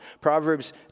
Proverbs